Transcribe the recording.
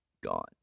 gone